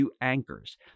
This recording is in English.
anchors